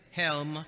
helm